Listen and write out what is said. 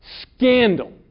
scandal